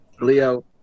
Leo